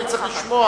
אני צריך לשמוע.